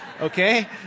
Okay